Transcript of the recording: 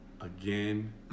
Again